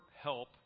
help